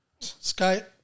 Skype